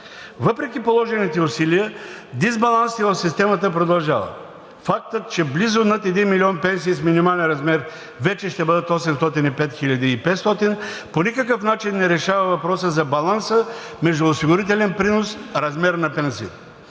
Въпреки положените усилия, дисбалансите в системата продължават. Фактът, че близо над един милион пенсии с минимален размер вече ще бъдат 805 500, по никакъв начин не решава въпроса за баланса между осигурителен принос – размер на пенсиите.